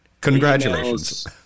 Congratulations